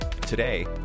Today